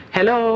Hello